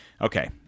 Okay